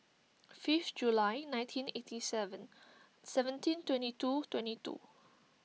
fifth July nineteen eighty seven seventeen twenty two twenty two